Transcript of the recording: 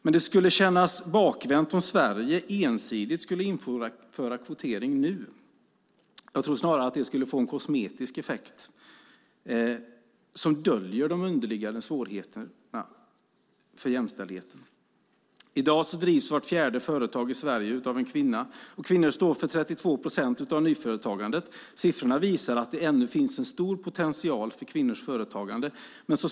Men det skulle kännas bakvänt om Sverige ensidigt skulle införa kvotering nu. Jag tror snarare att det skulle få en kosmetisk effekt som döljer de underliggande svårigheterna för jämställdheten. I dag drivs vart fjärde företag i Sverige av en kvinna. Kvinnor står för 32 procent av nyföretagandet. Siffrorna visar att det ännu finns en stor potential för kvinnors företagande.